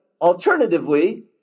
Alternatively